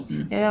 mm